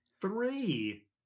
Three